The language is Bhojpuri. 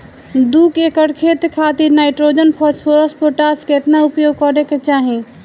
दू एकड़ खेत खातिर नाइट्रोजन फास्फोरस पोटाश केतना उपयोग करे के चाहीं?